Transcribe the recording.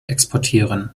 exportieren